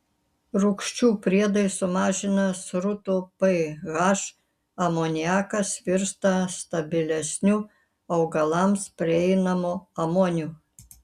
rūgščių priedai sumažina srutų ph amoniakas virsta stabilesniu augalams prieinamu amoniu